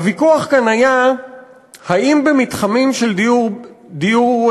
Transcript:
הוויכוח כאן היה אם במתחמים של דיור של